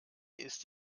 ist